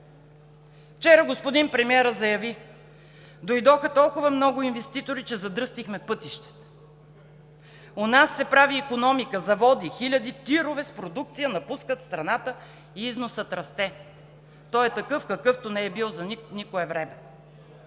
Вчера господин премиерът заяви: „Дойдоха толкова много инвеститори, че задръстихме пътищата“; „У нас се прави икономика, заводи, хиляди тирове с продукция напускат страната и износът расте. Той е такъв, какъвто не е бил за никое време.“